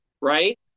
right